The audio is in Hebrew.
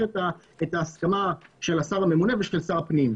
את ההסכמה של השר הממונה ושל שר הפנים.